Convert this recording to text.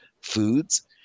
foods